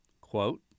quote